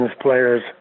players